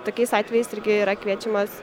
tokiais atvejais irgi yra kviečiamas